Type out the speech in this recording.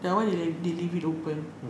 that one they left they leave it open